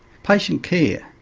patient care,